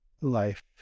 life